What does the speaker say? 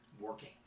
working